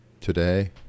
Today